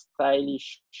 stylish